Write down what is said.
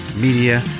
media